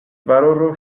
valoro